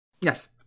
Yes